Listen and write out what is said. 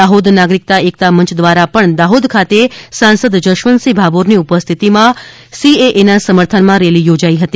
દાહોદ નાગરિકતા એકતા મંચ દ્વાર પણ દાહોદ ખાતે સાંસદ જશવતસિંહ ભાભોરની ઉપસ્થિતિમાં સીએએના સમર્થનમાં રેલી યોજાઇ હતી